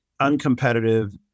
uncompetitive